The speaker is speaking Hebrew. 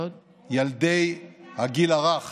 ילדי הגיל הרך